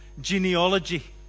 genealogy